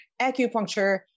acupuncture